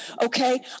okay